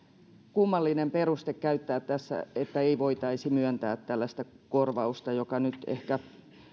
kummallinen peruste käyttää tässä että ei voitaisi myöntää tällaista korvausta joka nyt ehkä